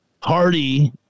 Hardy